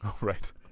Right